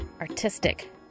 artistic